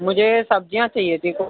مجھے سبزیاں چاہیے تھی